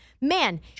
man